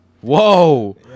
Whoa